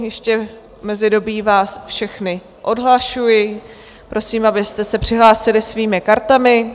Ještě v mezidobí vás všechny odhlašuji, prosím, abyste se přihlásili svými kartami.